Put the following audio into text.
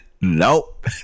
Nope